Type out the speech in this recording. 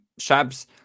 Shabs